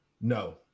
No